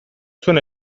zuen